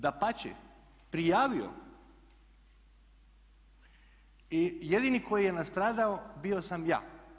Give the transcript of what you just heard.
Dapače, prijavio i jedini koji je nastradao bio sam ja.